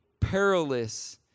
perilous